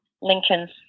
Lincoln's